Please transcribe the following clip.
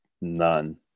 none